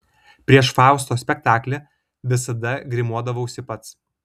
prieš fausto spektaklį visada grimuodavausi pats